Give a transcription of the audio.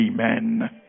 amen